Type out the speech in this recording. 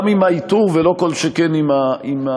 גם עם האיתור ולא כל שכן עם ההשמדה